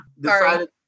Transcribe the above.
decided